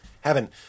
Heaven